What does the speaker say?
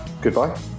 Goodbye